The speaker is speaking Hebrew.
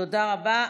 תודה רבה.